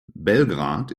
belgrad